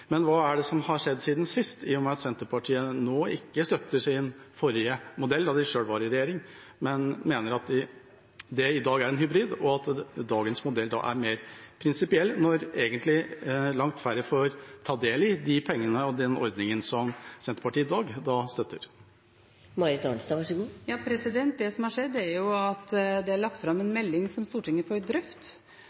Men hva har skjedd siden sist, i og med at Senterpartiet nå ikke støtter sin forrige modell, fra da de selv var i regjering, og i dag mener at det er en hybrid, og at dagens modell er mer prinsipiell, når egentlig langt færre får ta del i de pengene med den ordningen som Senterpartiet i dag støtter? Det som har skjedd, er at det er lagt fram en melding som Stortinget får